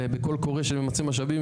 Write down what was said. בקול קורא שממצה משאבים,